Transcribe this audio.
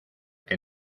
que